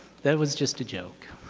that was just a joke.